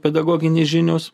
pedagoginės žinios